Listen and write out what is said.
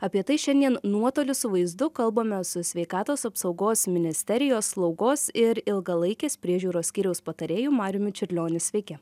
apie tai šiandien nuotoliu su vaizdu kalbame su sveikatos apsaugos ministerijos slaugos ir ilgalaikės priežiūros skyriaus patarėju mariumi čiurlioniu sveiki